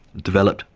developed,